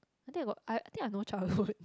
I think I got I think I no childhood